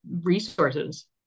resources